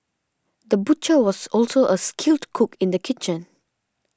the butcher was also a skilled cook in the kitchen